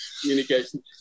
Communication